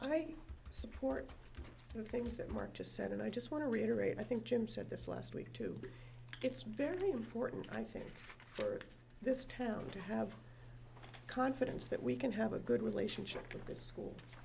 i support the things that mark just said and i just want to reiterate i think jim said this last week too it's very important i think for this town to have confidence that we can have a good relationship with this school